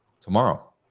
Tomorrow